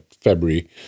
february